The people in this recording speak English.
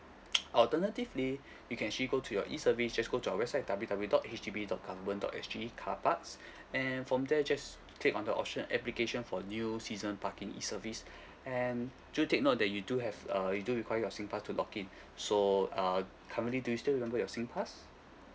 alternatively you can actually go to your E service just go to our website ww dot H D B dot government dot sg car parks and from there just click on the option application for new season parking E service and do take note that you do have err you do require your singpass to log in so uh currently do you still remember your singpass